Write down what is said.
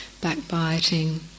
backbiting